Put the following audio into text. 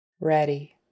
ready